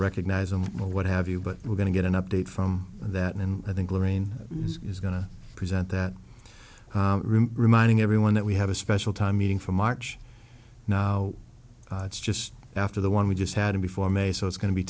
recognize them or what have you but we're going to get an update from that and i think lorraine is going to present that reminding everyone that we have a special time meeting for march now it's just after the one we just had to before may so it's going to be